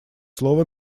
слово